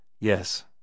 Yes